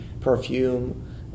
perfume